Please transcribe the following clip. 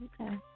Okay